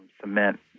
cement